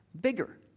bigger